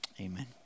Amen